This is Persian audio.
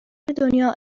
دنیا